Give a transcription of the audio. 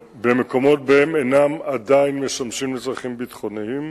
במקומות שבהם הם אינם משמשים עוד לצרכים ביטחוניים.